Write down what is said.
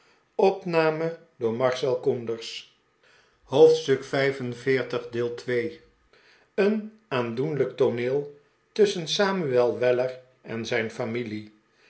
hoofdstuk xlv fen aandoenlijk tooneel tusschen samuel weller en zijn familie